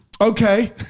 okay